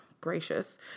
gracious